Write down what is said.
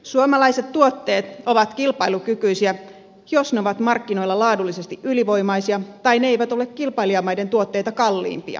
suomalaiset tuotteet ovat kilpailukykyisiä jos ne ovat markkinoilla laadullisesti ylivoimaisia tai ne eivät ole kilpailijamaiden tuotteita kalliimpia